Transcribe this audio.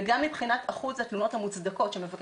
גם מבחינת אחוז התלונות המוצדקות שמבקר